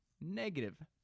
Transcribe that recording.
negative